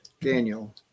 Daniel